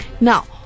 Now